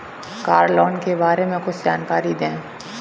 Car loan के बारे में कुछ जानकारी दें?